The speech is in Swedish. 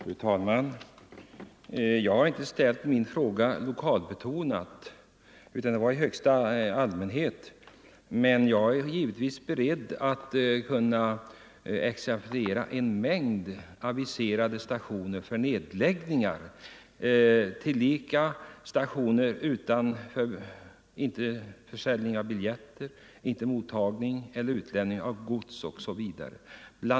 Fru talman! Jag har inte ställt min fråga lokalbetonat utan i största allmänhet. Men jag är givetvis beredd att exemplifiera aviserade stationsnedläggningar tillika med indragningar av biljettförsäljning och mottagning eller utlämning av gods osv.